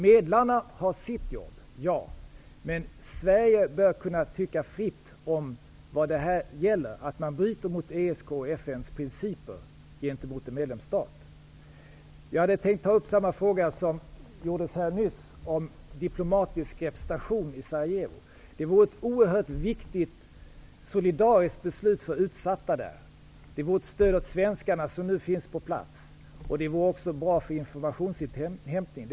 Medlarna har sitt jobb, ja, men Sverige bör kunna tycka fritt om det som här gäller, att man bryter mot ESK:s och FN:s principer gentemot en medlemsstat. Jag hade tänkt ta upp samma fråga som ställdes här nyss om diplomatisk representation i Sarajevo. Det vore ett oerhört viktigt solidariskt beslut för utsatta där. Det vore ett stöd för svenskarna som nu finns på plats, och det vore också bra för informationsinhämtning.